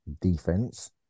defense